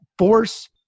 Force